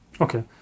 Okay